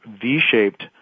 V-shaped